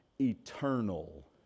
eternal